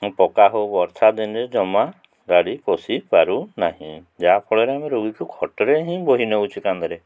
ପକ୍କା ହଉ ବର୍ଷା ଦିନରେ ଜମା ଗାଡ଼ି ପଶି ପାରୁନାହିଁ ଯାହାଫଳରେ ଆମେ ରୋଗୀକୁ ଖଟରେ ହିଁ ବୋହି ନଉଛୁ କାନ୍ଧରେ